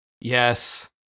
Yes